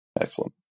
Excellent